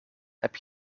heb